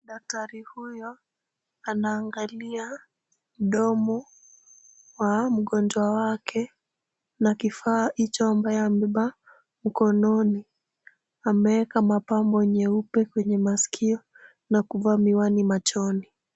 Daktari huyo anaangalia mdomo wa mgonjwa wake na kifaa hicho ambayo amebeba mkononi. Ameweka mapambo nyeupe kwenye maskio na kuvaa miwani machoni.